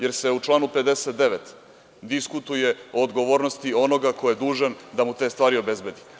Jer se u članu 59. diskutuje o odgovornosti onoga ko je dužan da mu te stvari obezbedi.